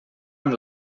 amb